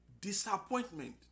disappointment